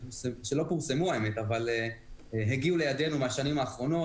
שלא פורסמו האמת אבל הגיעו לידינו מהשנים האחרונות.